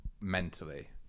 mentally